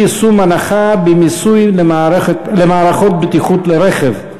אי-יישום הנחה במיסוי על מערכות בטיחות לרכב.